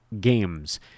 games